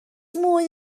mwy